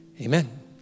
Amen